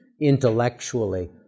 intellectually